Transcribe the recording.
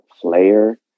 player